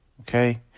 Okay